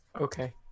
Okay